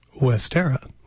Westera